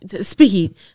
speed